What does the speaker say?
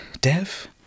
Dev